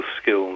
skills